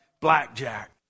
Blackjack